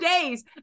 days